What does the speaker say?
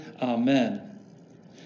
Amen